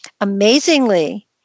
amazingly